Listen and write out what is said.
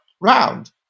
round